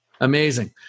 Amazing